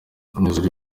imyuzure